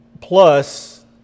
plus